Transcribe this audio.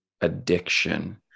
addiction